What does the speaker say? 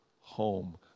home